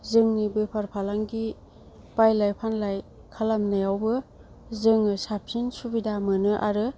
जोंनि बेफार फालांगि बायलाय फानलाय खालामनायावबो जोङो साबसिन सुबिदा मोनो आरो